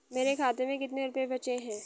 मेरे खाते में कितने रुपये बचे हैं?